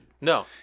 No